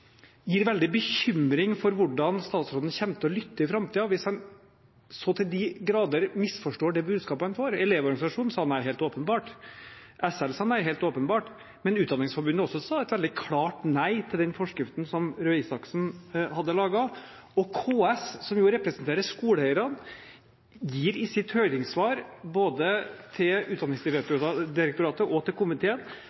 gir veldig bekymring for hvordan statsråden kommer til å lytte i framtiden, hvis han så til de grader misforstår det budskapet han får. Elevorganisasjonen sa nei, helt åpenbart. SL sa nei, helt åpenbart. Men også Utdanningsforbundet sa et veldig klart nei til den forskriften som Røe Isaksen hadde laget. KS, som jo representerer skoleeierne, gir i sitt høringssvar både til